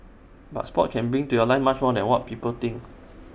but Sport can bring to your life much more than what people think